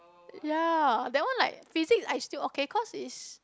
ya that one like physics I still okay cause is